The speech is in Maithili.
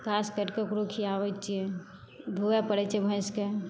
घास काटि कऽ ओकरो खिआबैत छियै धोवै पड़ैत छै भैंसके